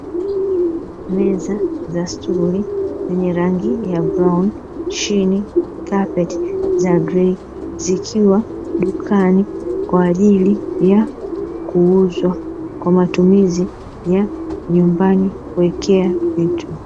Meza za stuli zenye rangi ya brauni, chini kapeti za “grey”zikiwa dukani, kwa ajili ya kuuzwa kwa matumizi ya nyumbani kuwekea Vitu.